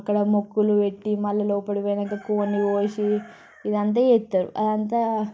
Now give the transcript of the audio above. అక్కడ మొక్కులు పెట్టి మళ్ళీ లోపల పోయాక కోడిని కోసి ఇది అంతా చేస్తారు అది అంతా